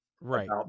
Right